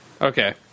Okay